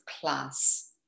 class